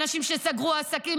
אנשים שסגרו עסקים,